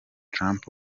trump